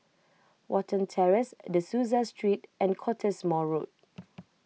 Watten Terrace De Souza Street and Cottesmore Road